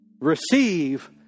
Receive